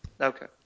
Okay